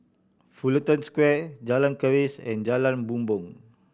Fullerton Square Jalan Keris and Jalan Bumbong